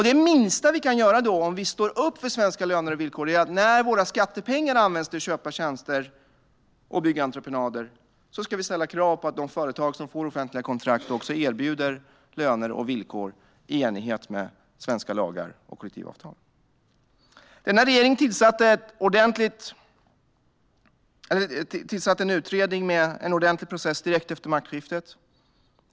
Det minsta vi kan göra om vi står upp för svenska löner och villkor är att vi när våra skattepengar används till att köpa tjänster och byggentreprenader ska ställa krav på att de företag som får offentliga kontrakt också erbjuder löner och villkor i enlighet med svenska lagar och kollektivavtal. Regeringen tillsatte en utredning med en ordentlig process direkt efter maktskiftet.